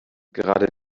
gerade